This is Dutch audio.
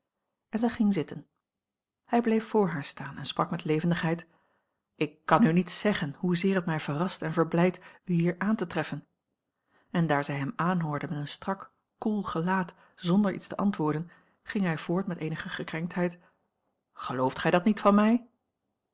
en zij ging zitten hij bleef voor haar staan en sprak met levendigheid ik kan u niet zeggen hoezeer het mij verrast en verblijdt u hier aan te treffen en daar zij hem aanhoorde met een strak koel gelaat zonder iets te antwoorden ging hij voort met eenige gekrenktheid gelooft gij dat niet van mij